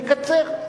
נקצר.